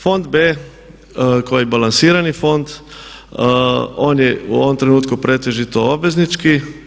Fond B koji je balansirani fond, on je u ovom trenutku pretežito obveznički.